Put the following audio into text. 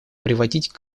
приводить